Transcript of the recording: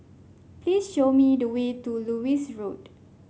please show me the way to Lewis Road